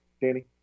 Danny